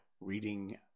reading